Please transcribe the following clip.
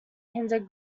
hinder